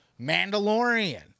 Mandalorian